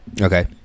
Okay